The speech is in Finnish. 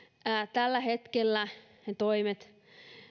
tällä hetkellä ne toimet